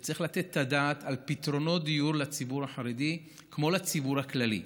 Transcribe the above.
וצריך לתת את הדעת על פתרונות דיור לציבור החרדי כמו לציבור הכללי.